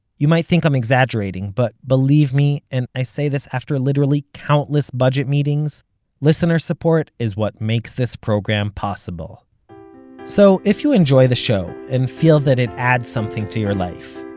you might think i'm exaggerating, but believe me and i say this after literally countless budget meetings listener support is what makes this program possible so if you enjoy the show, and feel that it adds something to your life,